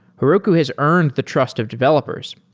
heroku has earned the trust of developers,